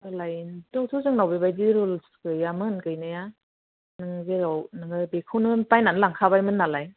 सोलायनोथ' जोंनाव बेबायदि रुलस गैयामोन गैनाया जेराव नोंथाङो बेखौनो बायनानै लांखाबायमोन नालाय